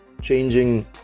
changing